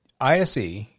ISE